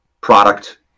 product